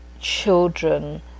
children